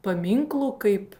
paminklų kaip